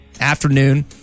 afternoon